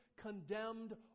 condemned